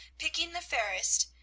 picking the fairest,